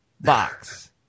box